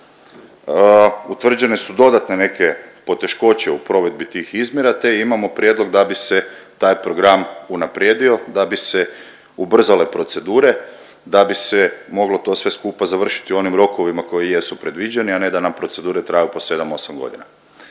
utvrđene su dodatne neke poteškoće u provedbi tih izmjera, te imamo prijedlog da bi se taj program unaprijedio, da bi se ubrzale procedure da bi se moglo to sve skupa završiti u onim rokovima koji jesu predviđeni, a ne da nam procedure traju po 7-8.g..